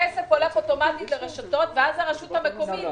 הכסף הולך אוטומטית לרשתות ואז הרשות המקומית